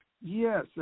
Yes